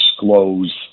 disclose